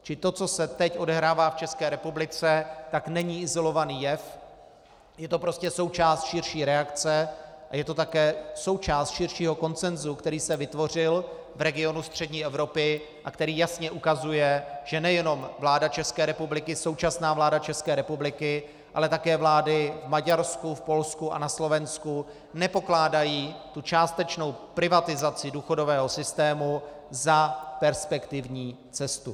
Čili to, co se teď odehrává v České republice, není izolovaný jev, je to prostě součást širší reakce a je to také součást širšího konsenzu, který se vytvořil v regionu střední Evropy a který jasně ukazuje, že nejenom vláda České republiky, současná vláda České republiky, ale také vlády v Maďarsku, v Polsku a na Slovensku nepokládají částečnou privatizaci důchodového systému za perspektivní cestu.